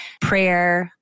prayer